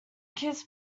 kids